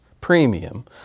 premium